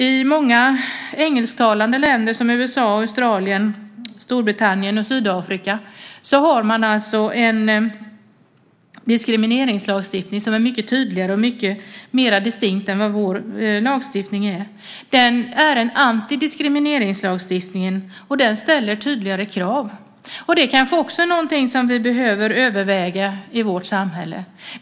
I många engelsktalande länder, USA, Australien, Storbritannien och Sydafrika, finns en tydligare och mer distinkt diskrimineringslagstiftning än vår lagstiftning. Det är en antidiskrimineringslagstiftning, och den ställer tydligare krav. Det är kanske också något som vi behöver överväga i vårt samhälle.